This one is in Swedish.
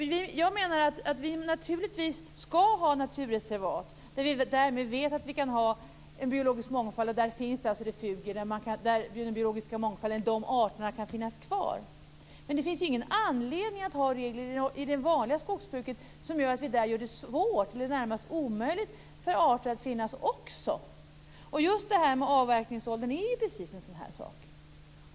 Jag menar att vi naturligtvis skall ha naturreservat där vi vet att vi kan ha en biologisk mångfald och där det finns refugier där de här arterna kan finnas kvar. Men det finns ingen anledning att ha regler i det vanliga skogsbruket som gör det svårt, eller närmast omöjligt, för arter att finnas där också. Just det här med avverkningsåldern är precis en sådan här sak.